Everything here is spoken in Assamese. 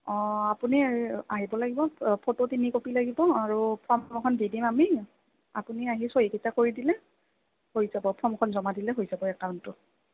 অ আপুনি আহিব লাগিব ফটো তিনি কপি লাগিব আৰু ফৰ্ম এখন দি দিম আমি আপুনি আহি চহীকেইটা কৰি দিলে হৈ যাব ফৰ্মখন জমা দিলে হৈ যাব একাউণ্টটো